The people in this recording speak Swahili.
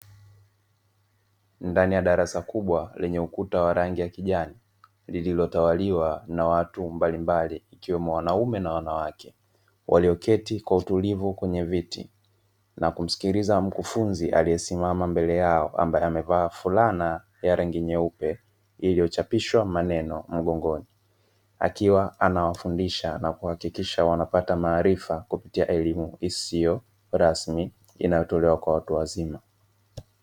Ndani ya darasa kubwa lenye ukuta wa rangi ya kijani lililotawaliwa na watu mbalimbali ikiwemo wanaume na wanawake, walioketi kwa utulivu kwenye viti na kumsikiliza mkufunzi ambaye amesimama mbele yao ambaye amevaa fulana ya rangi nyeupe iliyochapishwa maneno mgongoni; akiwa anawafundisha na kuhakikisha wanapata maarifa kupitia elimu isiyo rasmi inayotolewa kwa watu wazima.